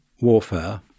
warfare